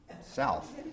South